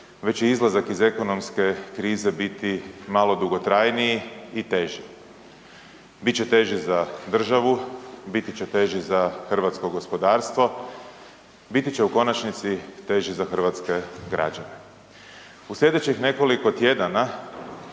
već će izlazak iz ekonomske krize biti malo dugotrajniji i teži. Bit će teži za državu, biti će teži za hrvatsko gospodarstvo, biti će u konačnici teži za hrvatske građane. U slijedećih nekoliko tjedana,